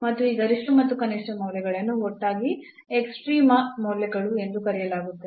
ಮತ್ತು ಈ ಗರಿಷ್ಠ ಮತ್ತು ಕನಿಷ್ಠ ಮೌಲ್ಯಗಳನ್ನು ಒಟ್ಟಾಗಿ ಎಕ್ಸ್ಟ್ರೀಮ್ ಮೌಲ್ಯಗಳು ಎಂದು ಕರೆಯಲಾಗುತ್ತದೆ